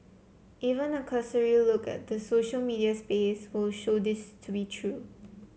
even a cursory look at the social media space will show this to be true